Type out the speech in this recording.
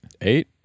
Eight